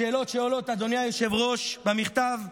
השאלות שעולות, אדוני היושב-ראש, במכתב,